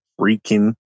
freaking